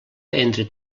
entre